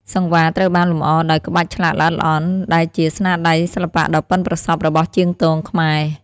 សង្វារត្រូវបានលម្អដោយ ក្បាច់ឆ្លាក់ល្អិតល្អន់ ដែលជាស្នាដៃសិល្បៈដ៏ប៉ិនប្រសប់របស់ជាងទងខ្មែរ។